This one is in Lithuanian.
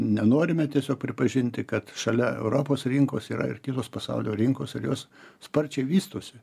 nenorime tiesiog pripažinti kad šalia europos rinkos yra ir kitos pasaulio rinkos ir jos sparčiai vystosi